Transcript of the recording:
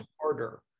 harder